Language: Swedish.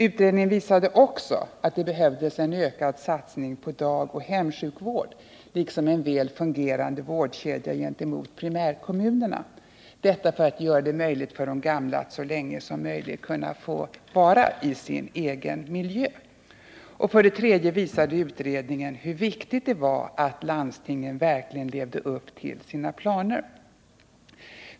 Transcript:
Utredningen visade också att det behövdes en ökad satsning på dagoch hemsjukvård, liksom på en väl fungerande vårdkedja gentemot primärkommunerna — detta för att göra det möjligt för de gamla att så länge som möjligt kunna vara i sin egen miljö. Dessutom visade utredningen hur viktigt det var att landstingen verkligen levde upp till sina planer.